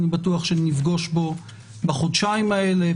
אני בטוח שנפגוש בו בחודשיים האלה.